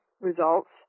results